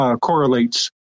correlates